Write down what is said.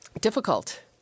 Difficult